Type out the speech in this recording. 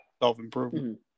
self-improvement